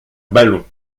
ballon